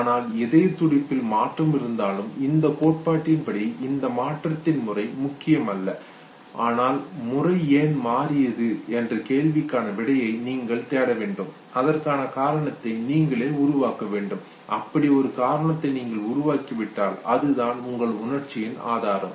ஆனால் இதயத்துடிப்பில் மாற்றம் இருந்தாலும் இந்தக் கோட்பாட்டின்படி இந்த மாற்றத்தின் முறை முக்கியமல்ல ஆனால் முறை ஏன் மாறியது என்ற கேள்விக்கான விடையை நீங்கள் தேட வேண்டும் அதற்கான காரணத்தை நீங்களே உருவாக்க வேண்டும் அப்படி ஒரு காரணத்தை நீங்கள் உருவாக்கிவிட்டால் அதுதான் உங்கள் உணர்ச்சியின் ஆதாரம்